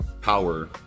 power